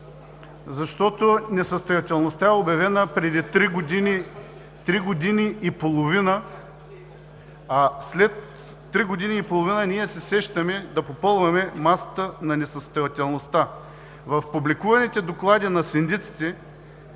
Защото несъстоятелността е обявена преди три години и половина, а след три години и половина ние се сещаме да попълваме масата на несъстоятелността. В публикуваните доклади на синдиците